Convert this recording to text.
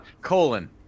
Colon